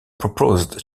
proposed